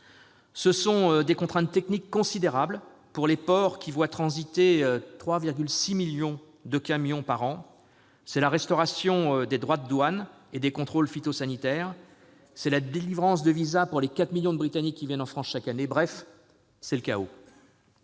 Ce sont des contraintes techniques considérables pour les ports qui voient transiter 3,6 millions de camions par an. C'est la restauration des droits de douane et des contrôles phytosanitaires. C'est la délivrance de visas pour les 4 millions de Britanniques qui viennent en France chaque année. Bref, c'est le chaos